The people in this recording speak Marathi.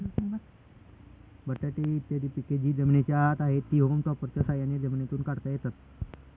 बटाटे इत्यादी पिके जी जमिनीच्या आत आहेत, ती होम टॉपर्सच्या साह्याने जमिनीतून काढता येतात